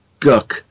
gook